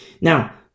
Now